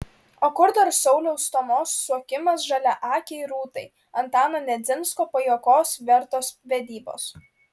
o kur dar sauliaus stomos suokimas žaliaakei rūtai antano nedzinsko pajuokos vertos vedybos